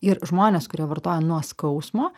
ir žmonės kurie vartoja nuo skausmo